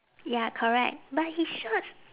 ya correct but his shorts